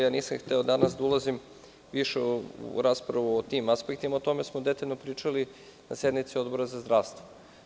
Nisam hteo više da ulazim u raspravu o tim aspektima, o tome smo detaljno pričali na sednici Odbora za zdravstvo.